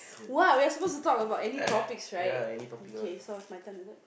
what we are suppose to talk about any topics right okay so it's my turn is it